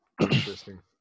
Interesting